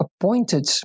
appointed